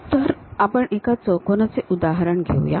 तर आपण एका चौकोनाचे उदाहरण घेऊया